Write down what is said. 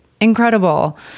incredible